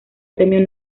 premio